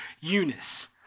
Eunice